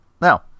Now